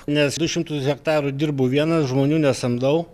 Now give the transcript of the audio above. nes du šimtus hektarų dirbu vienas žmonių nesamdau